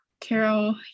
Carol